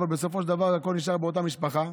אבל בסופו של דבר הכול נשאר באותה משפחה.